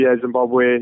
Zimbabwe